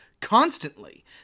constantly